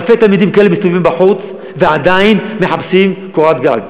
אלפי תלמידים כאלה מסתובבים בחוץ ועדיין מחפשים קורת גג.